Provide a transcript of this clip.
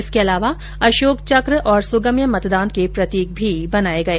इसके अलीवा अशोक चक्र तथा सुगम्य मतदान के प्रतीक भी बनाए गए